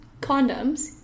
condoms